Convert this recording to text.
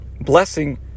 blessing